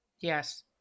Yes